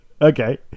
okay